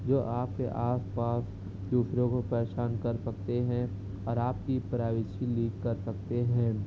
جو آپ کے آس پاس دوسروں کو پریشان کر سکتے ہیں اور آپ کی پرائویسی لیک کر سکتے ہیں